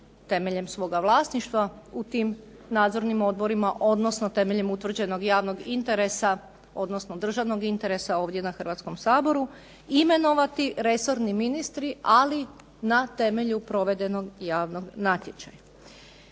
temeljem svoga vlasništva u tim nadzornim odborima odnosno temeljem utvrđenog javnog interesa, odnosno državnog interesa ovdje na Hrvatskom saboru imenovati resorni ministri ali na temelju pravednog javnog natječaja.